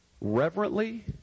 reverently